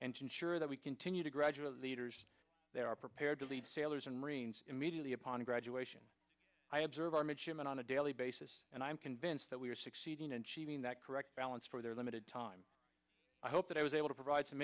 to ensure that we continue to gradually leaders there are prepared to lead sailors and marines immediately upon graduation i observe our midshipman on a daily basis and i am convinced that we are succeeding in cheating that correct balance for their limited time i hope that i was able to provide some